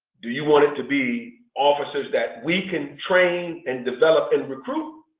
do you want it to be officers that we can train and develop and recruit?